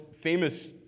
famous